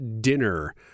dinner